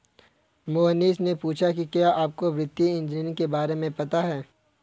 मोहनीश ने पूछा कि क्या आपको वित्तीय इंजीनियरिंग के बारे में पता है?